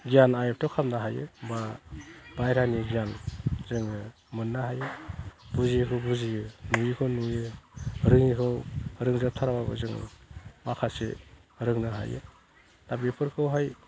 गियान आयत्थ' खालामनो हायो बा बायहेरानि गियान जों मोननो हायो बुजियिखौ बुजियो नुयिखौ नुयो रोङिखौ रोंजोबथाराबाबो जों माखासे रोंनो हायो दा बेफोरखौहाय